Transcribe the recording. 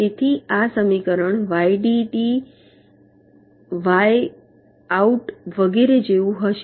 તેથી આ સમીકરણ વાય વીડીડી વાય આઉટ વગેરે જેવું હશે